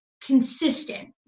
consistent